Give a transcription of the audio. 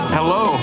Hello